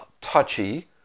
touchy